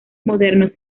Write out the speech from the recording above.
modernos